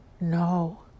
No